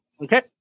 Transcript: okay